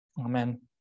Amen